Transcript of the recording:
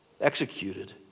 executed